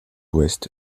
ouest